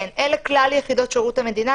אלה כלל יחידות שירות המדינה,